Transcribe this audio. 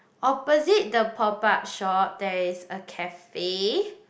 opposite the pop up shop there is a cafe